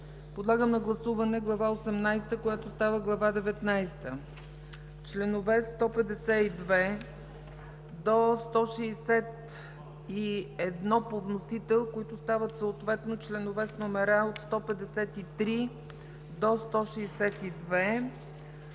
Подлагам на гласуване Глава 18, която става Глава 19, членове 152 до 161 по вносител, които стават съответно членове от 153 до 162,